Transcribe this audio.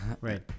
Right